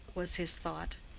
was his thought.